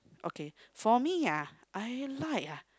okay for me ah I like ah